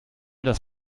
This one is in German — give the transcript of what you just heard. das